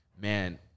man